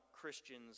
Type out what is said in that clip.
Christian's